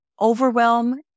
overwhelm